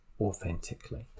authentically